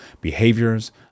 behaviors